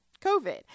COVID